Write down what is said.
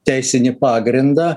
teisinį pagrindą